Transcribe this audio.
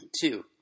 two